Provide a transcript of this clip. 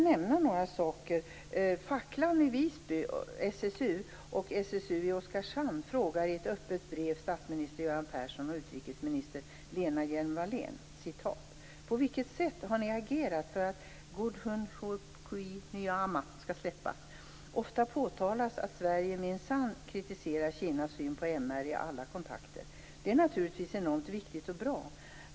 "På vilket sätt har ni agerat för att Godhien Choekui Nyima skall släppas? Ofta påtalas att Sverige minsann kritiserar Kinas syn på MR i alla kontakter. Det är naturligtvis enormt viktigt och bra.